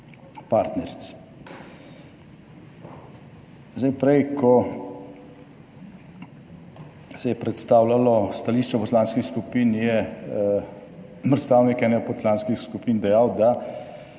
partneric. Zdaj prej, ko se je predstavljalo stališče poslanskih skupin, je predstavnik ene od poslanskih skupin dejal, da